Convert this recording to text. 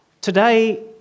Today